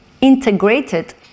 integrated